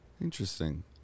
interesting